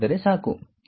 ಏನಾಗುತ್ತದೆ